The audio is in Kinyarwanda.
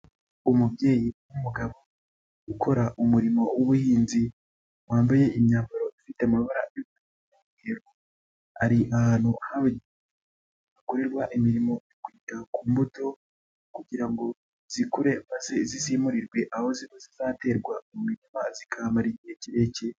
Umubyeyi w'umugabo ukora umurimo w'ubuhinzi wambaye imyambaro ifite amabara n'agapfukamunwa, ari ahantu habi hakorerwa imirimo kugera ku mbuto kugira ngo zikure maze zizimurirwe aho zizaterwa zikamara igihe kirekire.